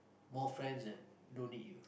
more friends that don't need you